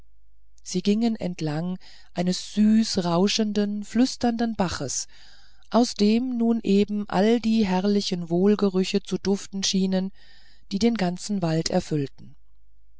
sie gingen entlang eines süß rauschenden flüsternden baches aus dem nun eben all die herrlichen wohlgerüche zu duften schienen die den ganzen wald erfüllten